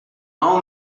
owned